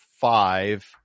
five